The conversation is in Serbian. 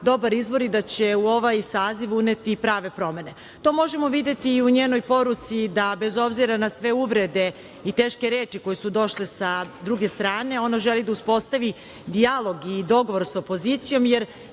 dobar izbor i da će u vaj saziv uneti prave promene. To možemo videti u njenoj poruci da, bez obzira na sve uvrede i teške reči koje su došle sa druge strane, ona želi da uspostavi dijalog i dogovor sa opozicijom,